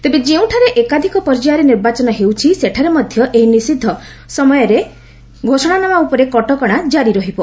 ତେବେ ଯେଉଁଠାରେ ଏକାଧିକ ପର୍ଯ୍ୟାୟରେ ନିର୍ବାଚନ ହେଉଛି ସେଠାରେ ମଧ୍ୟ ଏହି ନିଷିଦ୍ଧ ସମୟ ମଧ୍ୟରେ ଘୋଷଣାନାମା ଉପରେ କଟକଶାଜାରି ରହିବ